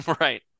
Right